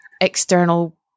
external